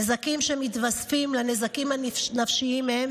נזקים שמתווספים לנזקים הנפשיים שמהם